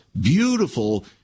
beautiful